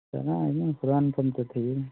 ꯀꯗꯥꯏꯗꯩꯅꯣ ꯍꯨꯔꯥꯟꯐꯝꯇ ꯊꯤꯔꯤꯅꯤ